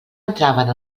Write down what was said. entraven